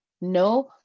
No